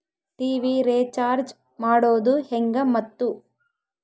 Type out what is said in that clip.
TV recharge ಮಾಡೋದು ಹೆಂಗ ಮತ್ತು?